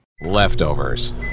Leftovers